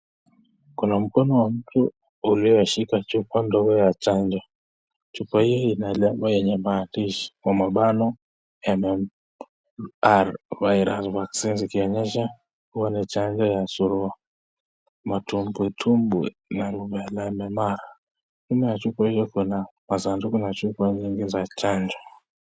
Kuna mkono wa mtu ulioshika chupa ndogo ya chanjo. Chupa hii ina alama yenye maandishi kwa mabano, MMR Virus Vaccine , ikionyesha kuwa ni chanjo ya surua, matumbwetumbwe na rubela. Aina ya chupa hiyo iko na masanduku na chupa nyingi za chanjo.